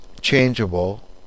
changeable